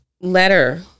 letter